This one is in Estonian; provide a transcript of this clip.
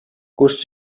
kus